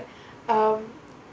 um